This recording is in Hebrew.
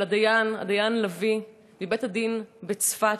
של הדיין לביא מבית-הדין בצפת,